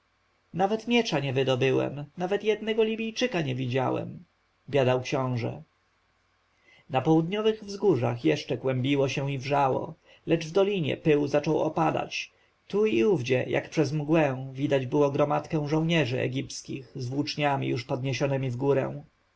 miecza nie wydobyłem jednego libijczyka nie widziałem biadał książę na południowych wzgórzach jeszcze kłębiło się i wrzało lecz w dolinie pył zaczął opadać tu i ówdzie jak przez mgłę widać było gromadkę żołnierzy egipskich z włóczniami już podniesionemi wgórę